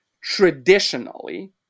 traditionally